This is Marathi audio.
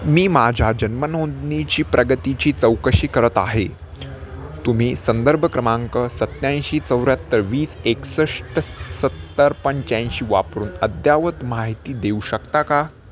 मी माझ्या जन्मनोंदणीची प्रगतीची चौकशी करत आहे तुम्ही संदर्भ क्रमांक सत्याऐंशी चौऱ्याहत्तर वीस एकसष्ट सत्तर पंच्याऐंशी वापरून अद्ययावत माहिती देऊ शकता का